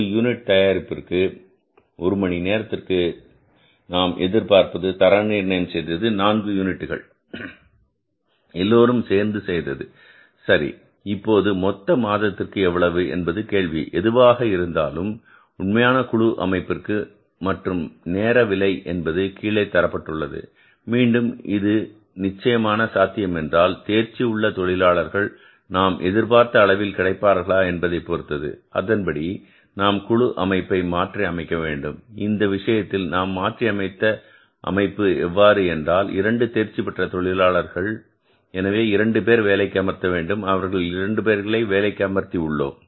ஒரு யூனிட் தயாரிப்பிற்கு ஒரு மணி நேரத்திற்கு நாம் எதிர்பார்ப்பது தர நிர்ணயம் செய்தது நான்கு யூனிட்டுகள் எல்லோரும் சேர்ந்து செய்தது சரி இப்போது மொத்த மாதத்திற்கு எவ்வளவு என்பது கேள்வி எதுவாக இருந்தாலும் உண்மையான குழு அமைப்பிற்கு மற்றும் நேர விலை என்பது கீழே தரப்பட்டுள்ளது மீண்டும் இங்கே இது நிச்சயமான சாத்தியம் என்றால் தேர்ச்சி உள்ள தொழிலாளர்கள் நாம் எதிர்பார்த்த அளவில் கிடைப்பார்களா என்பதைப் பொறுத்தது அதன்படி நாம் குழு அமைப்பை மாற்றி அமைக்க வேண்டும் இந்த விஷயத்தில் நாம் மாற்றி அமைத்த அமைப்பு எவ்வாறு என்றால் 2 தேர்ச்சிபெற்ற தொழிலாளர்கள் எனவே இரண்டு பேர் வேலைக்கு அமர்த்த வேண்டும் அவர்களை இரண்டு பேரை வேலைக்கு அமர்த்தி உள்ளோம்